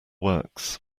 works